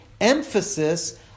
emphasis